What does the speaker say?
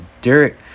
dirt